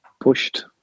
pushed